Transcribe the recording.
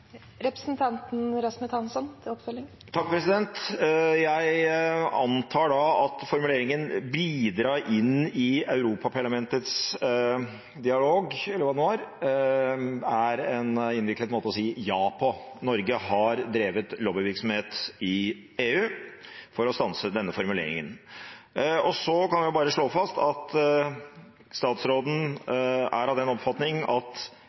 Jeg antar da at formuleringen om å bidra inn i Europaparlamentets dialog, eller hva det nå var, er en innviklet måte å si ja på – Norge har drevet lobbyvirksomhet i EU for å stanse denne formuleringen. Så kan vi bare slå fast at når statsråden er av den oppfatning at